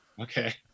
Okay